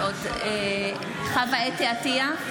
גלית דיסטל אטבריאן, בעד חוה אתי עטייה,